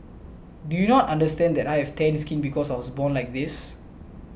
do you not understand that I have tanned skin because was born like this